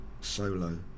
solo